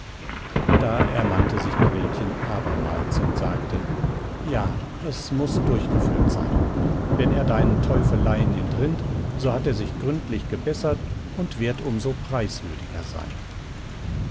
da ermannte sich gretchen abermals und sagte ja es muß durchgeführt sein wenn er deinen teufeleien entrinnt so hat er sich gründlich gebessert und wird um so preiswürdiger sein